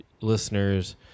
listeners